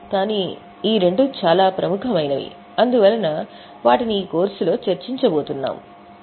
కానీ ఈ రెండూ చాలా ప్రముఖమైనవి అందువల్ల వాటిని ఈ కోర్సులో చర్చించబోతున్నాము